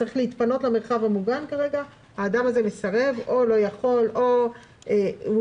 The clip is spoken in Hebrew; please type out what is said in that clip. צריך להתפנות למרחב המוגן והאדם הזה מסרב או לא יכול או לא